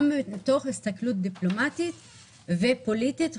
גם מתוך הסתכלות דיפלומטית ופוליטית-חברתית.